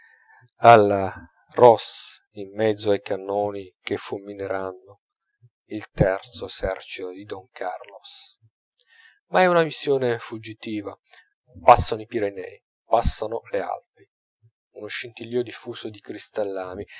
alla ros in mezzo ai cannoni che fulmineranno il terzo esercito di don carlos ma è una visione fuggitiva passano i pirenei passano le alpi uno scintillio diffuso di cristallami